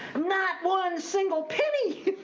not one single penny!